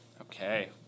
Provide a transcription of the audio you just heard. Okay